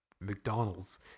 McDonald's